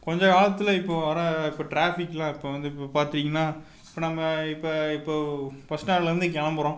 கொஞ்ச காலத்தில் இப்போ வர இப்போ ட்ராஃபிக்கெல்லாம் இப்போ வந்து இப்போ பார்த்திங்கன்னா இப்போ நம்ப இப்போ இப்போ பஸ்டாண்டுலேருந்து கிளம்புறோம்